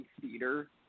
theater